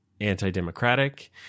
anti-democratic